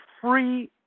free